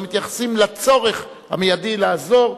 אלא מתייחסים לצורך המיידי לעזור,